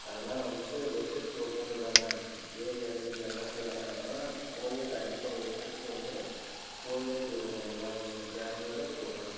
அதனாலே வந்துட்டு வருஷத்துக்கு ஒரு முறை தானே ஏறி இறங்குறதுல என்ன சிரமம் ஆனால் போயே கண்டிப்பாக வருஷத்துக்கு ஒரு முறை போயே தீரணும் எல்லோருமே பேமிலியோடு போகிறோம்